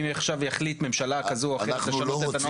אם עכשיו תחליט ממשלה כזאת או אחרת לשנות את הנוהג.